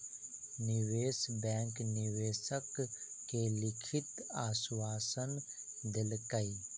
निवेश बैंक निवेशक के लिखित आश्वासन देलकै